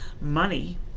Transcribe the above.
Money